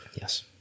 Yes